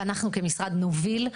ואנחנו כמשרד נוביל.